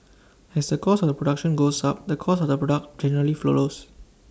as A cost of the production goes up the cost of the product generally follows